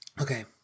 Okay